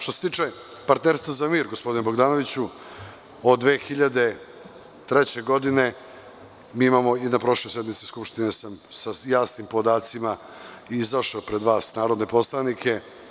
Što se tiče Partnerstva za mir, gospodine Bogdanoviću, od 2003. godine imamo, na prošloj sednici Skupštine sam sa jasnim podacima izašao pred vas narodne poslanike…